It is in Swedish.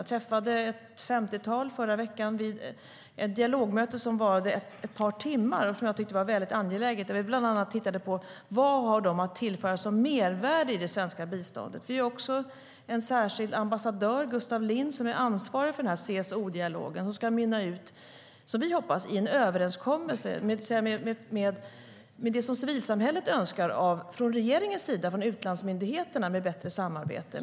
Jag träffade ett femtiotal förra veckan vid ett dialogmöte som varade i ett par timmar och som jag tyckte var väldigt angeläget. Vi tittade bland annat på: Vad har de att tillföra som mervärde i det svenska biståndet? Det är en särskild ambassadör, Gustaf Lind, som är ansvarig för den här CSO-dialogen, som vi hoppas ska mynna ut i en överenskommelse. Det handlar om det som civilsamhället önskar från regeringens sida och från utlandsmyndigheterna när det gäller bättre samarbete.